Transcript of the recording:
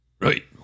Right